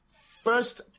First